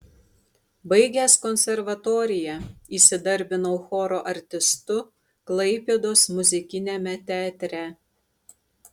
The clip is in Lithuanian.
baigęs konservatoriją įsidarbinau choro artistu klaipėdos muzikiniame teatre